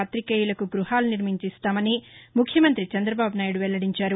పాతికేయులకు గ్బహాలు నిర్మించి ఇస్తామని ముఖ్యమంతి చంద్రబాబునాయుడు వెల్లడించారు